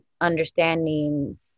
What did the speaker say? understanding